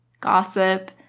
gossip